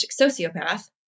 sociopath